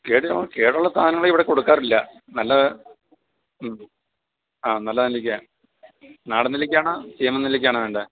കേട് കേടുള്ള സാധനങ്ങൾ ഇവിടെ കൊടുക്കാറില്ല നല്ല മ്മ് ആ നല്ല നെല്ലിക്കയാണ് നാടൻ നെല്ലിക്ക ആണോ ശീമൻ നെല്ലിക്ക ആണോ വേണ്ടത്